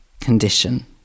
condition